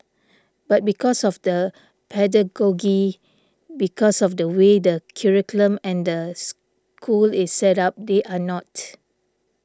but because of the pedagogy because of the way the curriculum and the school is set up they are not